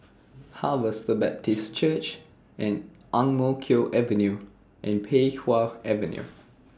Harvester Baptist Church Ang Mo Kio Avenue and Pei Wah Avenue